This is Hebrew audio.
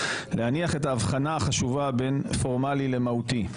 להניח את ההבחנה החשובה בין פורמלי למהותי.